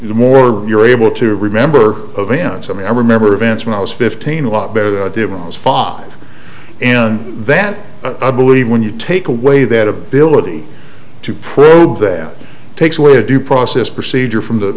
the more you're able to remember events i mean i remember events when i was fifteen a lot better than i did was fox in that i believe when you take away that ability to probe that takes away a due process procedure from the